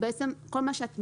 שכל מה שאת מעלה,